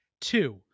two